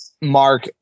Mark